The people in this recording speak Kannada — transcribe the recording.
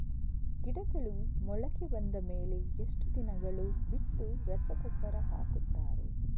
ಗಿಡಗಳು ಮೊಳಕೆ ಬಂದ ಮೇಲೆ ಎಷ್ಟು ದಿನಗಳು ಬಿಟ್ಟು ರಸಗೊಬ್ಬರ ಹಾಕುತ್ತಾರೆ?